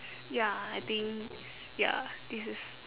~s ya I think s~ ya this is